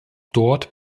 dort